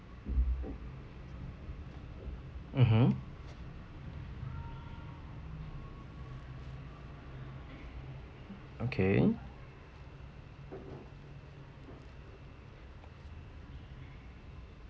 mmhmm okay